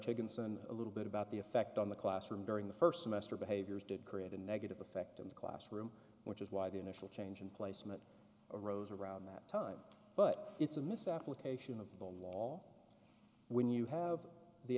concern a little bit about the effect on the classroom during the st semester behaviors did create a negative effect in the classroom which is why the initial change in placement arose around that time but it's a misapplication of the law when you have the